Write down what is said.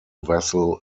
vessel